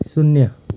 शून्य